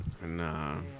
Nah